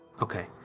Okay